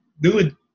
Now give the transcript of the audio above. dude